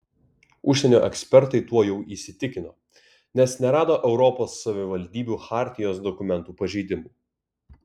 užsienio ekspertai tuo jau įsitikino nes nerado europos savivaldybių chartijos dokumentų pažeidimų